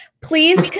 Please